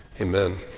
Amen